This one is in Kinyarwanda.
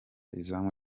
izamu